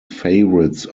favorites